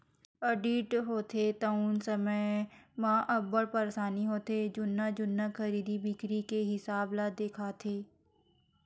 audit होथे तउन समे म अब्बड़ परसानी होथे जुन्ना जुन्ना खरीदी बिक्री के हिसाब ल देखथे